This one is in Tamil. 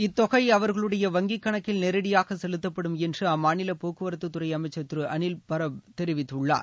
இத்தொகை அவர்களுடைய வங்கி கணக்கில நேரடியாக செலுத்தப்படும் என்று அம்மாநில போக்குவரத்துத்துறை அமைச்சர் திரு அனில் பரப் தெரிவித்துள்ளார்